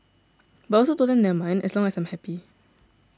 but I also told them never mind as long as I am happy